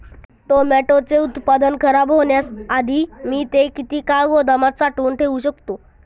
टोमॅटोचे उत्पादन खराब होण्याआधी मी ते किती काळ गोदामात साठवून ठेऊ शकतो?